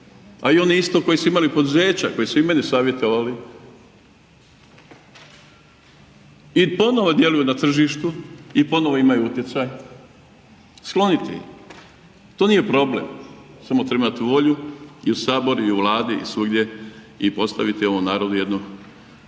A i oni isto koji su imali poduzeća, koji su i mene savjetovali i ponovo djeluju na tržištu i ponovo imaju utjecaj skloniti. To nije problem samo treba imati volju i u Saboru i u Vladi i svugdje i postaviti ovom narodu jednu